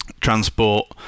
transport